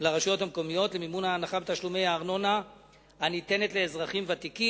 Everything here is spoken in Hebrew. לרשויות המקומיות למימון ההנחה בתשלומי הארנונה הניתנת לאזרחים ותיקים.